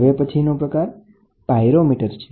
હવે પછીનો પ્રકાર પાયરોમીટર છે